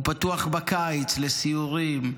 הוא פתוח בקיץ לסיורים,